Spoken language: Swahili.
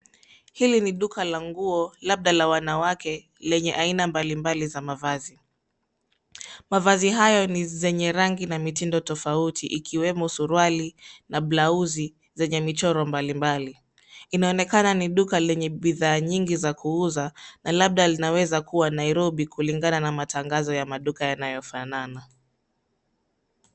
Hili ni duka la nguo labda la wanawake lenye aina mbali mbali za mavazi. Mavazi hayo ni zenye rangi na mitindo tofauti ikiwemo suruali na blauzi zenye michoro mbalimbali. Inaonekana ni duka lenye bidhaa nyingi za kuuza na labda linaweza kuwa Nairobi kulingana na matangazo ya maduka yanayofanana.